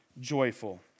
joyful